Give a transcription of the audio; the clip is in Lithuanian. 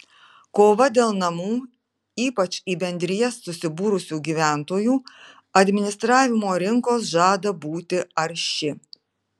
kova dėl namų ypač į bendrijas susibūrusių gyventojų administravimo rinkos žada būti arši